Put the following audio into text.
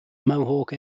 mohawk